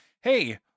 Hey